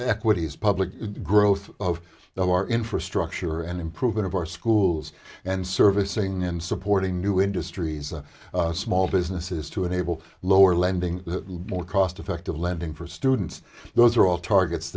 equities public growth of the of our infrastructure and improvement of our schools and servicing and supporting new industries small businesses to enable lower lending more cost effective lending for students those are all targets